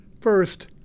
First